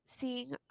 seeing